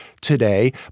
today